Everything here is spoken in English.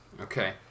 Okay